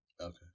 Okay